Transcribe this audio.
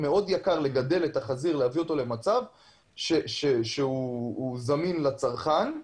מאוד יקר לגדל את החזיר ולהביאו למצב שהוא זמין לצרכן.